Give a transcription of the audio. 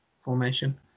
formation